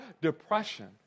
depression